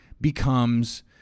becomes